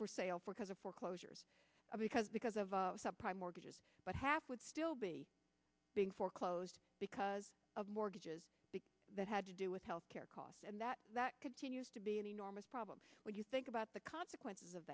for sale for because of foreclosures because because of a subprime mortgages but half would still be being foreclosed because of mortgages that had to do with health care costs and that that could use to be an enormous problem when you think about the consequences of